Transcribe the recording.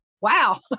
wow